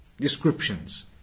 descriptions